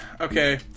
Okay